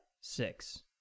Six